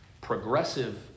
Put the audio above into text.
progressive